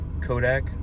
Kodak